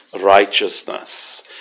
righteousness